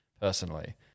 personally